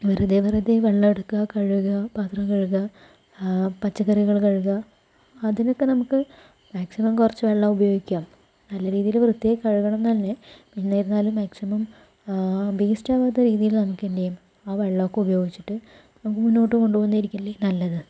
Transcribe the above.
വെറുതെ വെറുതെ വെള്ളം എടുക്കുക കഴുകുക പാത്രം കഴുകുക പച്ചക്കറികൾ കഴുകുക അതിനൊക്കെ നമുക്ക് മാക്സിമം കുറച്ച് വെള്ളം ഉപയോഗിക്കാം നല്ല രീതിയിൽ വൃത്തിയായി കഴുകണം എന്ന് തന്നെ എന്നിരുന്നാലും മാക്സിമം വെയിസ്റ്റാവാത്ത രീതിയിൽ നമുക്കെന്തു ചെയ്യാം ആ വെള്ളൊക്കെ ഉപയോഗിച്ചിട്ട് നമുക്ക് മുന്നോട്ട് കൊണ്ട് പോകുന്നതാരിക്കില്ലേ നല്ലത്